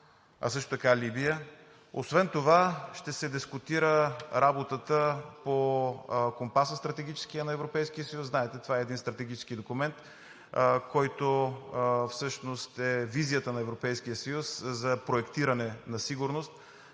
а също така Либия. Освен това ще се дискутира работата по Стратегическия компас на Европейския съюз. Знаете, това е един стратегически документ, който всъщност е визията на Европейския съюз за проектиране на сигурност,